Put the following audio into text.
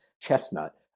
chestnut